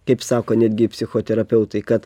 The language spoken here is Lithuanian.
kaip sako netgi psichoterapeutai kad